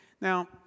Now